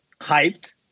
hyped